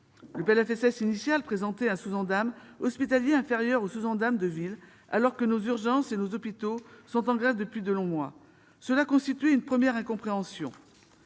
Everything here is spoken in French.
Le PLFSS initial comportait un sous-Ondam hospitalier inférieur au sous-Ondam de ville, alors que nos services des urgences et nos hôpitaux sont en grève depuis de longs mois : cela constituait un premier motif d'incompréhension.